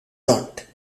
dot